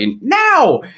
now